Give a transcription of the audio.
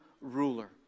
ruler